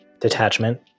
Detachment